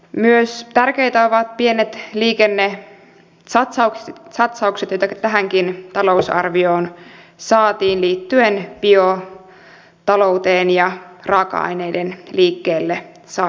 myös tärkeitä ovat pienet liikennesatsaukset joita tähänkin talousarvioon saatiin liittyen biotalouteen ja raaka aineiden liikkeelle saamiseksi